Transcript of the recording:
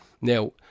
Now